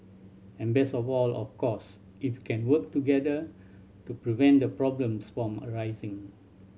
and best of all of course if you can work together to prevent the problems from arising